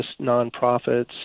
nonprofits